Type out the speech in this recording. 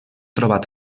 trobat